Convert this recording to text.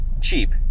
cheap